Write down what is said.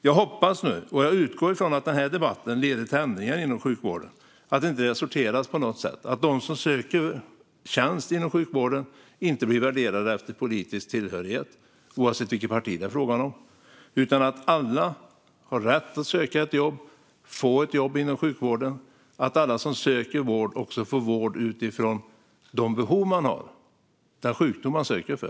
Jag hoppas nu, och utgår från, att den här debatten leder till ändringar inom sjukvården, så att det inte sker en sortering på något sätt och att de som söker tjänster inom sjukvården inte blir värderade efter politisk tillhörighet, oavsett vilket parti det är fråga om. Alla ska ha rätt att söka ett jobb och få ett jobb inom sjukvården, och alla som söker vård ska få vård utifrån behov och den sjukdom som man söker för.